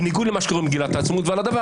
בניגוד למה שקבוע במגילת העצמאות ועל הדבר